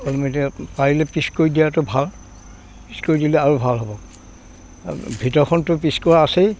মধ্যে পাৰিলে পিচ কৰি দিয়াটো ভাল পিচ কৰি দিলে আৰু ভাল হ'ব আৰু ভিতৰখনতো পিচ কৰা আছেই